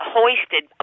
hoisted